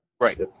Right